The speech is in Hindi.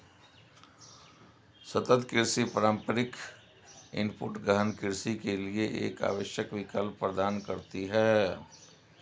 सतत कृषि पारंपरिक इनपुट गहन कृषि के लिए एक आवश्यक विकल्प प्रदान करती है